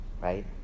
right